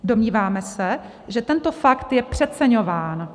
Domníváme se, že tento fakt je přeceňován.